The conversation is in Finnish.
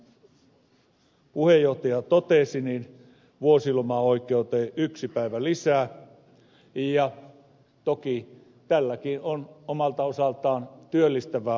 rehula tuossa valiokunnan puheenjohtaja totesi vuosilomaoikeuteen yksi päivä lisää ja toki tälläkin on omalta osaltaan työllistävää vaikutusta